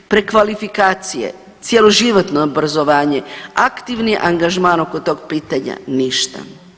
Prekvalifikacije, cjeloživotno obrazovanje, aktivni angažman oko tog pitanja, ništa.